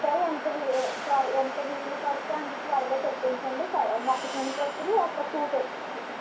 సరే ఎంత వి సార్ ఎంత వీలు పడితే అంత త్వరగా తెప్పించండి మొక్క జొన్న కొత్తులు ఒక టూ తెప్పించండి